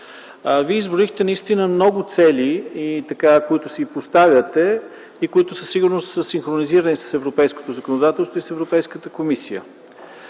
Вие изброихте наистина много цели, които си поставяте и които със сигурност са синхронизирани с европейското законодателство и с Европейската комисия.